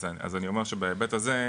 אז אני אומר שבהיבט הזה,